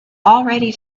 already